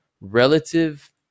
relative